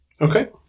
Okay